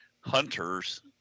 hunters